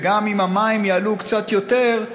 וגם אם המים יעלו קצת יותר,